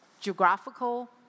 geographical